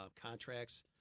contracts